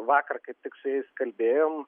vakar kaip tik su jais kalbėjom